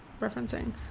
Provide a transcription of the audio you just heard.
referencing